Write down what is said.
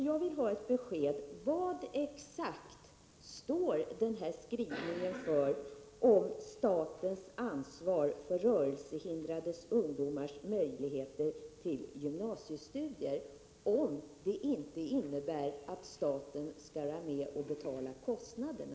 Jag vill ha ett besked: Vad står skrivningen om statens ansvar för rörelsehindrade ungdomars möjligheter till gymnasiestudier exakt för, om den inte innebär att staten skall vara med och betala kostnaderna?